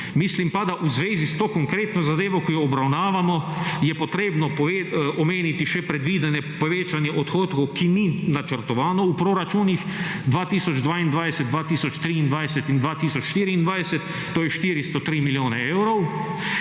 Mislim pa, da v zvezi s to konkretno zadevo, ki jo obravnavamo je potrebno omeniti še predvidene povečanje odhodkov, ki načrtovano v proračunih 2022, 2023 in 2024, to je 403 milijone evrov,